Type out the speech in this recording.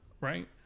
right